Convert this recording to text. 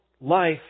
Life